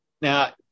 Now